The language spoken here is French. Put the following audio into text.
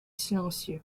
silencieux